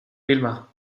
vilma